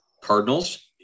Cardinals